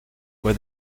fue